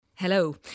Hello